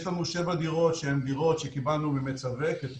יש לנו שבע דירות שהן דירות שקיבלנו מ- - -כתרומה,